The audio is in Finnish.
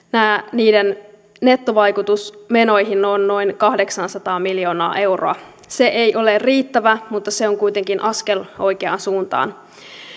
niiden nettovaikutus menoihin on noin kahdeksansataa miljoonaa euroa se ei ole riittävä mutta se on kuitenkin askel oikeaan suuntaan